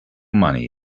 money